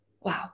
wow